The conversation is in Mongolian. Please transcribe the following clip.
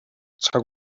цаг